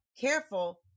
careful